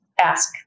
ask